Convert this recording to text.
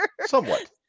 Somewhat